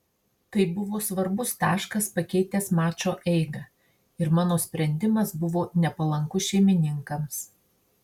tai buvo svarbus taškas pakeitęs mačo eigą ir mano sprendimas buvo nepalankus šeimininkams